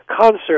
concert